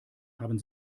haben